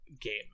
game